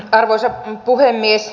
arvoisa puhemies